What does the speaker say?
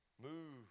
Move